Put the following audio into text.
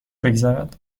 بگذرد